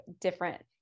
different